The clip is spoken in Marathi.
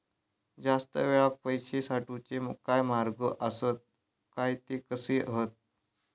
जास्त वेळाक पैशे साठवूचे काय मार्ग आसत काय ते कसे हत?